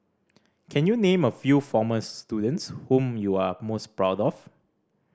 can you name a few former students whom you are most proud of